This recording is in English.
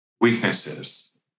weaknesses